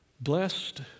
Blessed